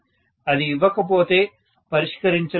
అది ఇవ్వకపోతే పరిష్కరించలేము